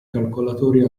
calcolatori